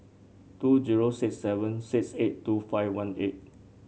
two zero six seven six eight two five one eight